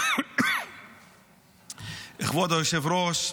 כבוד היושב-ראש,